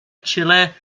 chile